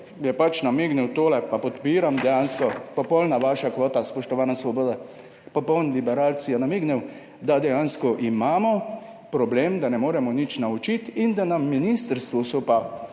je pač namignil, tole pa podpiram dejansko, popolna vaša kvota, spoštovana Svoboda, popoln liberalec je namignil, da dejansko imamo problem, da ne moremo nič naučiti in da so na ministrstvu ostali